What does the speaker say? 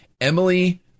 Emily